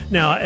Now